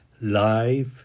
life